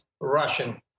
Russian